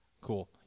Cool